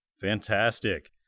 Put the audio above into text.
Fantastic